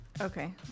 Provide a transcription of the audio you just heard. Okay